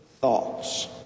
thoughts